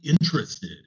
interested